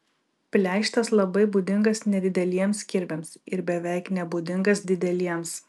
pleištas labai būdingas nedideliems kirviams ir beveik nebūdingas dideliems